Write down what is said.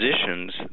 positions